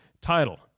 Title